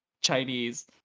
chinese